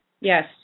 Yes